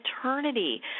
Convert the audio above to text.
eternity